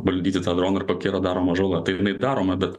valdyti tą droną ir kokia yra daroma žala tai jinai daroma bet